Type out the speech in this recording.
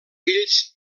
fills